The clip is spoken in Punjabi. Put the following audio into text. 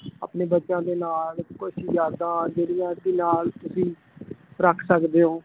ਬੱਚਿਆਂ ਦੇ ਨਾਲ ਕੁਛ ਯਾਦਾਂ ਜਿਹੜੀਆਂ ਕਿ ਨਾਲ ਤੁਸੀਂ ਰੱਖ ਸਕਦੇ ਓਂ